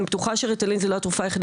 אני בטוחה שריטלין זה לא התרופה היחידה